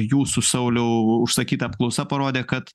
jūsų sauliau užsakyta apklausa parodė kad